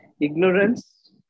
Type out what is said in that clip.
Ignorance